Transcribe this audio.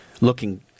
looking